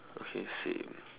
okay same